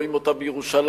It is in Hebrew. רואים אותה בירושלים,